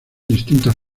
distintas